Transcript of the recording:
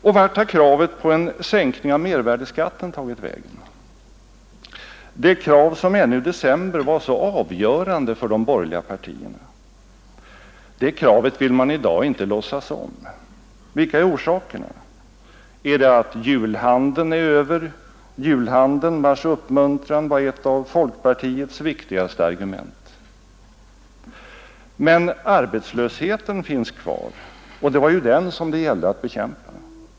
Och vart har kravet på en sänkning av mervärdeskatten tagit vägen, de krav som ännu i december var så avgörande för de borgerliga partierna? Det kravet vill man i dag inte låtsas om. Vilka är orsakerna? Är det att julhandeln är över, julhandeln vars uppmuntran var ett av folkpartiets viktigaste argument? Men arbetslösheten finns kvar, och det var ju den det gällde att bekämpa.